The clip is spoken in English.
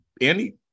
Andy